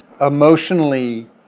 emotionally